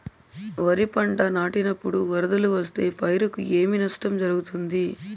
వరిపంట నాటినపుడు వరదలు వస్తే పైరుకు ఏమి నష్టం జరుగుతుంది?